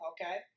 Okay